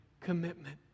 commitment